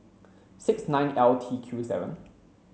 six nine L T Q seven